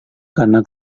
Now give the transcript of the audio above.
karena